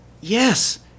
yes